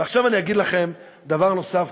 ועכשיו אומר לכם דבר נוסף,